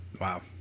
Wow